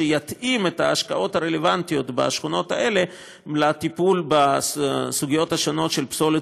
שיתאים את ההשקעות הרלוונטיות בשכונות האלה לטיפול בסוגיות של פסולת